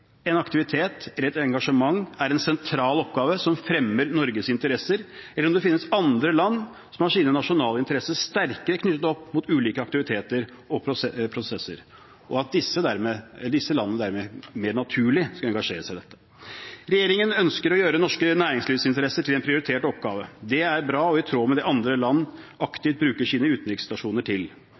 en aktivitet eller et engasjement er en sentral oppgave som fremmer Norges interesser, eller om det finnes andre land som har sine nasjonale interesser sterkere knyttet opp mot ulike aktiviteter og prosesser, og at disse landene dermed mer naturlig skal engasjere seg i dette. Regjeringen ønsker å gjøre norske næringslivsinteresser til en prioritert oppgave. Det er bra og i tråd med det andre land aktivt bruker sine utenriksstasjoner til.